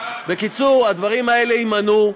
בקיצור, הדברים האלה יימנעו.